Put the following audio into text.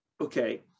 Okay